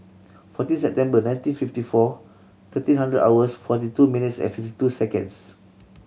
fourteen September nineteen fifty four thirteen hundred hours forty two minutes and fifty two seconds